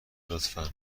لطفا